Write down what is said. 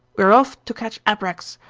we are off to catch abreks.